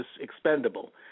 expendable